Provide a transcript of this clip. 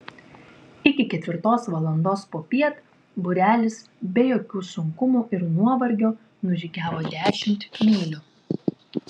iki ketvirtos valandos popiet būrelis be jokių sunkumų ir nuovargio nužygiavo dešimt mylių